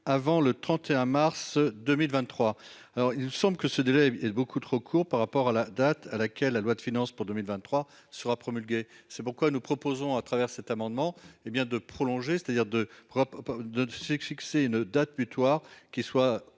avant le 31 mars 2023. Alors il semble que ce délai est beaucoup trop court par rapport à la date à laquelle la loi de finances pour 2023 sera promulguée. C'est pourquoi nous proposons à travers cet amendement hé bien de prolonger, c'est-à-dire de. De de chèque fixé une date butoir qui soit